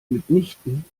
mitnichten